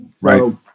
Right